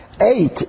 eight